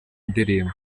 indirimbo